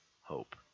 hope